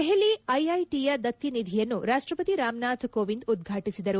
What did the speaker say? ದೆಹಲಿ ಐಐಟಿಯ ದತ್ತಿ ನಿಧಿಯನ್ನು ರಾಷ್ಟಪತಿ ರಾಮನಾಥ್ ಕೋವಿಂದ್ ಉದ್ವಾಟಿಸಿದರು